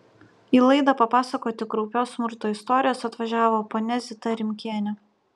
į laidą papasakoti kraupios smurto istorijos atvažiavo ponia zita rimkienė